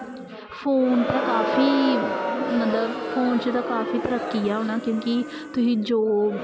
phone ते काफी मतलब फोन च काफी तरक्की ऐ हून क्योंकि तुसी जो